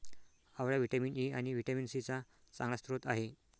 आवळा vitamin E आणि vitamin C चा चांगला स्रोत आहे